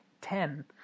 ten